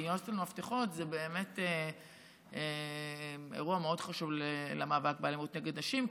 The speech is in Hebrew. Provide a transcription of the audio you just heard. כי הוסטל מפתחות זה באמת אירוע מאוד חשוב למאבק באלימות נגד נשים,